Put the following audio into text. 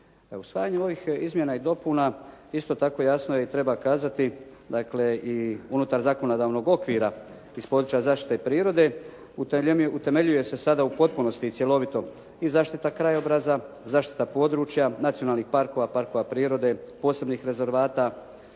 Usvajanjem ovih izmjena i dopuna isto tako jasno je i treba kazati dakle i unutar zakonodavnog okvira iz područja zaštite prirode utemeljuje se sada u potpunosti i cjelovito i zaštita krajobraza, zaštita područja, nacionalnih parkova, parkova prirode, posebnih rezervata.